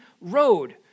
road